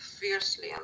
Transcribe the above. fiercely